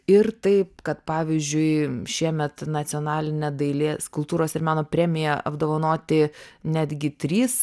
ir taip kad pavyzdžiui šiemet nacionaline dailės kultūros ir meno premija apdovanoti netgi trys